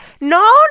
No